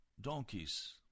donkeys